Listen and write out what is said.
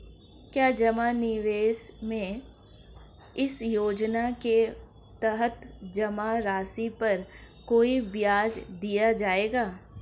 क्या जमा निवेश में इस योजना के तहत जमा राशि पर कोई ब्याज दिया जाएगा?